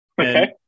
Okay